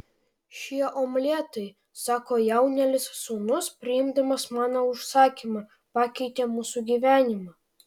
šie omletai sako jaunėlis sūnus priimdamas mano užsakymą pakeitė mūsų gyvenimą